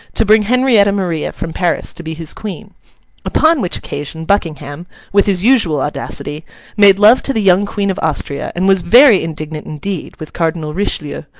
to bring henrietta maria from paris to be his queen upon which occasion buckingham with his usual audacity made love to the young queen of austria, and was very indignant indeed with cardinal richelieu,